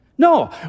No